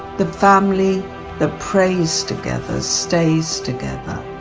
the family that prays together stays together.